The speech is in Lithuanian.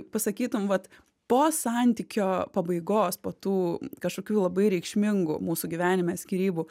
pasakytum vat po santykio pabaigos po tų kažkokių labai reikšmingų mūsų gyvenime skyrybų